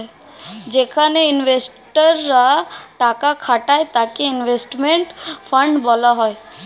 যেখানে ইনভেস্টর রা টাকা খাটায় তাকে ইনভেস্টমেন্ট ফান্ড বলা হয়